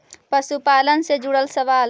पशुपालन से जुड़ल सवाल?